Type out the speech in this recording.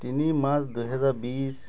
তিনি মাৰ্চ দুহেজাৰ বিশ